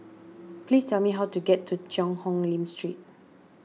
please tell me how to get to Cheang Hong Lim Street